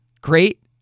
Great